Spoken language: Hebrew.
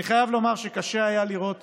אני חייב לומר שקשה היה לראות